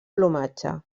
plomatge